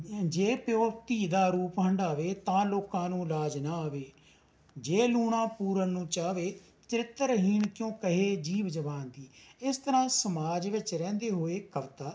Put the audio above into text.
ਜੇ ਪਿਓ ਧੀ ਦਾ ਰੂਪ ਹੰਢਾਵੇ ਤਾਂ ਲੋਕਾਂ ਨੂੰ ਲਾਜ ਨਾ ਆਵੇ ਜੇ ਲੂਣਾ ਪੂਰਨ ਨੂੰ ਚਾਹਵੇ ਚ੍ਰਿਤਰਹੀਣ ਕਿਉਂ ਕਹੇ ਜੀਭ ਜਹਾਨ ਦੀ ਇਸ ਤਰ੍ਹਾਂ ਸਮਾਜ ਵਿੱਚ ਰਹਿੰਦੇ ਹੋਏ ਕਵਿਤਾ